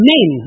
Men